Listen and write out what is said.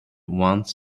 wants